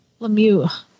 Lemieux